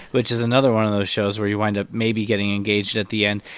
which is another one of those shows where you wind up maybe getting engaged at the end,